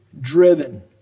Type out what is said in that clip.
driven